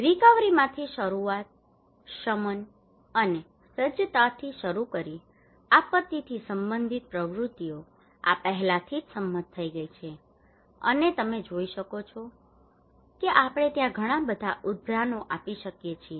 રીકવરીમાંથી શરૂઆત શમન અને સજ્જતાથી શરૂ કરીને આપત્તિથી સંબંધિત પ્રવૃત્તિઓ આ પહેલાથી જ સંમત થઈ ગઈ છે અને તમે જોઈ શકો છો કે આપણે ત્યાં ઘણા બધા ઉદ્યાનો આપી શકીએ છીએ